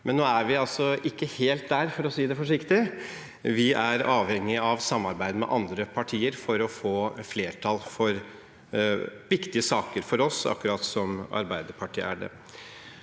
Men nå er vi altså ikke helt der, for å si det forsiktig! Vi er avhengig av samarbeid med andre partier for å få flertall for viktige saker for oss, akkurat som Arbeiderpartiet er det